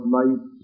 life